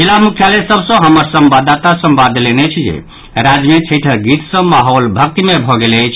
जिला मुख्यालय सभ सँ हमर संवाददाता संवाद देलनि अछि जे राज्य मे छठिक गीत सँ महौल भक्तिमय भऽ गेल अछि